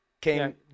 came